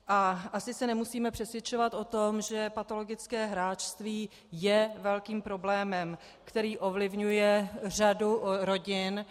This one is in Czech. A asi se nemusíme přesvědčovat o tom, že patologické hráčství je velkým problémem, který ovlivňuje řadu rodin.